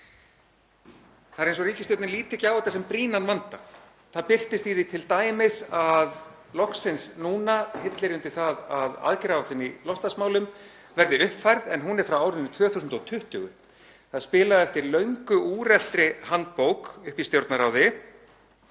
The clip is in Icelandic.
Það er eins og ríkisstjórnin líti ekki á þetta sem brýnan vanda. Það birtist t.d. í því að loksins núna hillir undir það að aðgerðaáætlun í loftslagsmálum verði uppfærð en hún er frá árinu 2020. Það er spilað eftir löngu úreltri handbók uppi í Stjórnarráði